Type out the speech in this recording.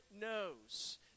knows